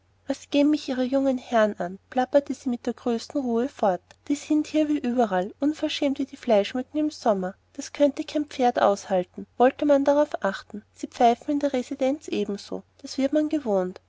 was gehen mich ihre jungen herren an plapperte sie mit der größten ruhe fort die sind hier wie überall unverschämt wie die fleischmücken im sommer das könnte kein pferd aushalten wollte man darauf achten sie pfeifen in der residenz ebenso das wird man gewohnt